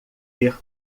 ver